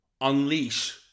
unleash